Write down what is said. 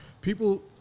people